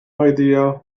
idea